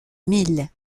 mil